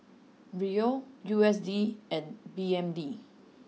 Riel U S D and B N D